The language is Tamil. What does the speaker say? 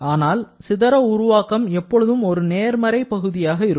ஆனால் சிதற உருவாக்கம் எப்பொழுதும் ஒரு நேர்மறை பகுதியாக இருக்கும்